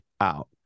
out